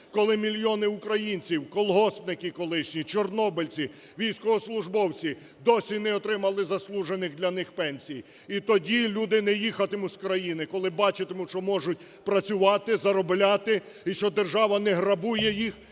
коли мільйони українців, колгоспники колишні, чорнобильці, військовослужбовці досі не отримали заслужених для них пенсій. І тоді люди не їхатимуть з країни, коли бачитимуть, що можуть працювати, заробляти і що держава не грабує їх